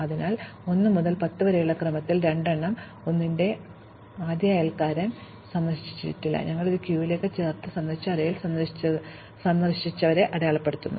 അതിനാൽ 1 മുതൽ 10 വരെയുള്ള ക്രമത്തിൽ രണ്ടെണ്ണം 1 ന്റെ ആദ്യ അയൽക്കാരൻ ഇത് സന്ദർശിച്ചിട്ടില്ല അതിനാൽ ഞങ്ങൾ ഇത് ക്യൂവിലേക്ക് ചേർത്ത് സന്ദർശിച്ച അറേയിൽ സന്ദർശിച്ചവരെ അടയാളപ്പെടുത്തുന്നു